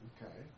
Okay